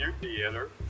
theater